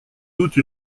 doute